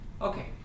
Okay